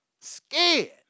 scared